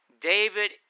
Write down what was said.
David